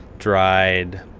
dried.